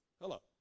Hello